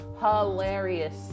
hilarious